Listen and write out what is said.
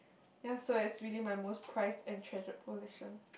ya so it's really my most prized and treasured possession